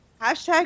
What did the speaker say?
Hashtag